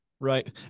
Right